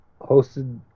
hosted